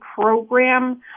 program